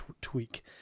tweak